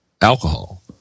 alcohol